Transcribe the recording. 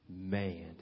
man